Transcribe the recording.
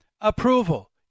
approval